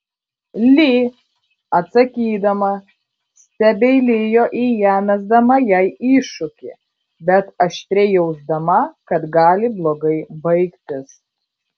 li atsakydama stebeilijo į ją mesdama jai iššūkį bet aštriai jausdama kad gali blogai baigtis